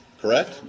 correct